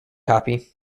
copy